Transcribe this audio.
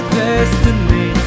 destiny